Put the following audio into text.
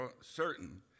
certain